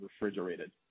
refrigerated